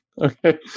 Okay